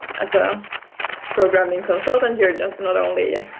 as a programming consultant, you're not only